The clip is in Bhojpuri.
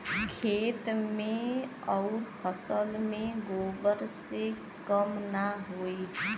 खेत मे अउर फसल मे गोबर से कम ना होई?